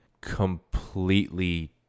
completely